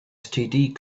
std